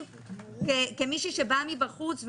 כמי שבאה מבחוץ,